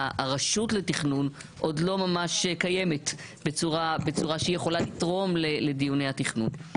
הרשות לתכנון עוד לא ממש קיימת בצורה שהיא יכולה לתרום לדיוני התכנון.